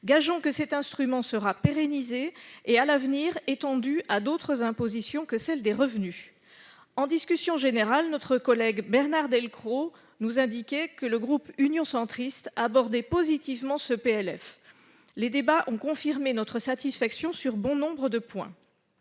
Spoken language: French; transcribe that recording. Gageons que cet instrument sera pérennisé et à l'avenir étendu à d'autres impositions que celle des revenus. Au cours de la discussion générale, notre collègue Bernard Delcros vous indiquait que le groupe Union Centriste abordait positivement ce projet de loi de finances. Les débats ont confirmé notre satisfaction sur bon nombre de points.